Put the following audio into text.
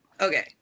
okay